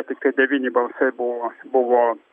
tiktai devyni balsai buvo buvo